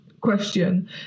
question